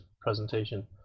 presentation